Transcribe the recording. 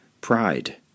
pride